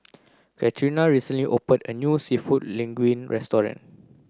Katrina recently opened a new Seafood Linguine Restaurant